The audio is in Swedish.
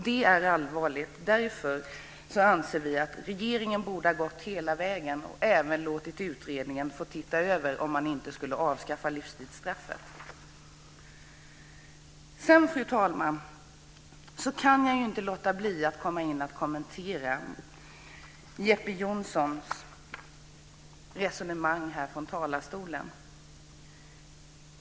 Det är allvarligt. Därför anser vi att regeringen borde ha gått hela vägen och även låtit utredningen titta över ett avskaffande av livstidsstraffet. Fru talman! Jag kan inte låta bli att kommentera Jeppe Johnssons resonemang från talarstolen.